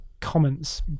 comments